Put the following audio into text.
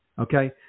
okay